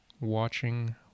Watching